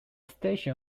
station